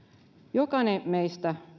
jokainen meistä